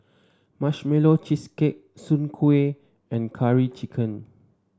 Marshmallow Cheesecake Soon Kueh and Curry Chicken